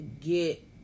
get